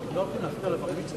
על היוזמה